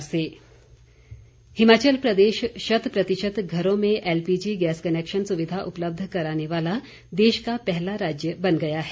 मुख्यमंत्री हिमाचल प्रदेश शत प्रतिशत घरों में एलपीजी गैस कनैक्शन सुविधा उपलब्ध कराने वाला देश का पहला राज्य बन गया है